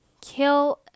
Kill